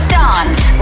dance